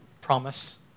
Promise